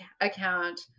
account